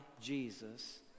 Jesus